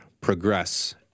progress